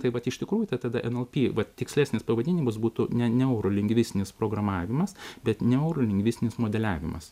tai vat iš tikrųjų tada nlp tikslesnis pavadinimas būtų ne neurolingvistinis programavimas bet neurolingvistinis modeliavimas